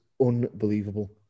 unbelievable